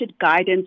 guidance